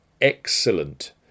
excellent